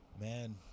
man